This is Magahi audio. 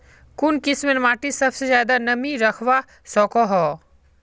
कुन किस्मेर माटी सबसे ज्यादा नमी रखवा सको हो?